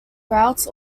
routes